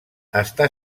està